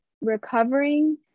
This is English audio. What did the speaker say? recovering